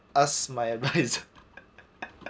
ask my advisor